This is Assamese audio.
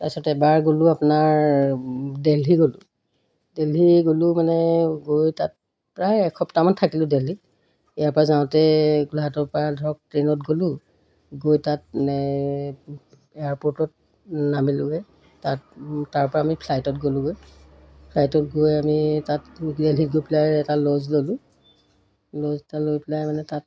তাৰপিছত এবাৰ গ'লোঁ আপোনাৰ দেলহি গ'লোঁ দেলহি গ'লোঁ মানে গৈ তাত প্ৰায় এসপ্তাহমান থাকিলোঁ দেলহিত ইয়াৰপৰা যাওঁতে গোলাঘাটৰপৰা ধৰক ট্ৰেইনত গ'লোঁগৈ তাত এয়াৰপৰ্টত নামিলোঁগৈ তাত তাৰপৰা আমি ফ্লাইটত গ'লোঁগৈ ফ্লাইটত গৈ আমি তাত দেলহিত গৈ পেলাই এটা লজ ল'লোঁ লজ এটা লৈ পেলাই মানে তাত